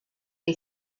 che